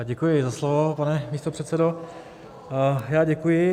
Děkuji za slovo, pane místopředsedo, děkuji.